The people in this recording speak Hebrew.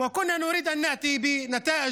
היה בלגן